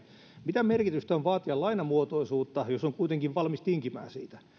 mitä merkitystä on vaatia lainamuotoisuutta jos on kuitenkin valmis tinkimään siitä